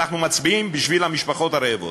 אנחנו מצביעים בשביל המשפחות הרעבות.